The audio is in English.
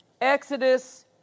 Exodus